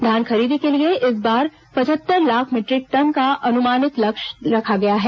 धान खरीदी के लिए इस बार पचहत्तर लाख मीटरिक टन का अनुमानित लक्ष्य तय किया गया है